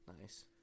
Nice